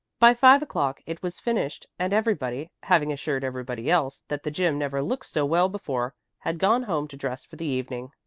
by five o'clock it was finished and everybody, having assured everybody else that the gym never looked so well before, had gone home to dress for the evening.